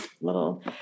little